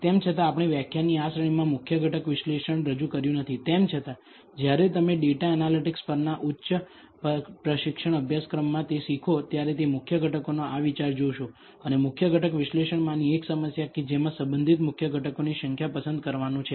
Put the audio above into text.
તેમ છતાં આપણે વ્યાખ્યાનની આ શ્રેણીમાં મુખ્ય ઘટક વિશ્લેષણ રજૂ કર્યું નથી તેમ છતાં જ્યારે તમે ડેટા એનાલિટિક્સ પરના ઉચ્ચ પ્રશિક્ષણ અભ્યાસક્રમમાં તે શીખો ત્યારે તમે મુખ્ય ઘટકોનો આ વિચાર જોશો અને મુખ્ય ઘટક વિશ્લેષણમાંની એક સમસ્યા કે જેમાં સંબંધિત મુખ્ય ઘટકોની સંખ્યા પસંદ કરવાનું છે